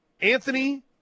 Anthony